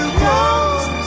close